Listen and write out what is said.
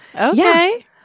Okay